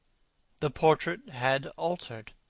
the portrait had altered.